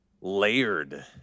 layered